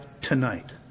tonight